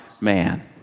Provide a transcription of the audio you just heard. man